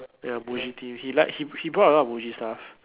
ya Muji theme he like he he brought a lot of Muji stuff